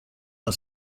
our